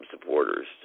supporters